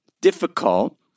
difficult